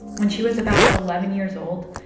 when she was about eleven years old,